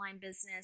business